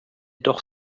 doch